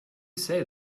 say